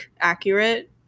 accurate